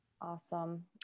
Awesome